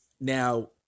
Now